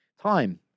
Time